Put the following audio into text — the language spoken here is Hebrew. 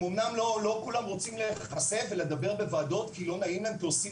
הם אמנם לא כולם רוצים להיחשף ולדבר בוועדות כי לא נעים להם כי עושים